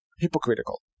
hypocritical